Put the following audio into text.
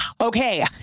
Okay